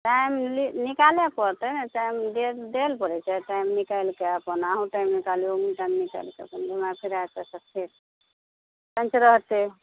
time निकालऽ पड़तै ने टाइम देल देब पड़ै छै टाइम निकालि कऽ अपन अहूँ टाइम निकालू अहूँ टाइम निकालिके अपन घुमाए फिराए कऽ रहतै